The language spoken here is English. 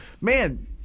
man